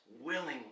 willingly